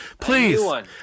please